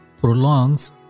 prolongs